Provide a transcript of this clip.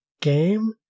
game